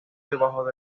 debajo